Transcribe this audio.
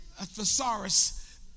thesaurus